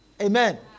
Amen